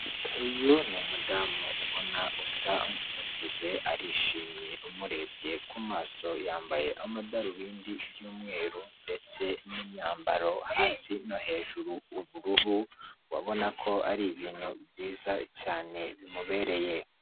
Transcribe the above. Uyu ni umudamu ubona usa nk'ukuze arishimye umurebye ku maso yambaye amadarubindi by'umweru ndetse n'imyambaro hasi no hejuru ubururu, urabona ko ari ibintu byiza cyane bimubereye.